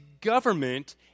government